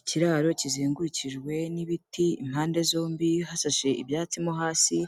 Ikiraro kizengurukijwe n'ibiti impande zombi hasashe ibyatsi no hasi,